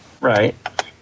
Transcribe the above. Right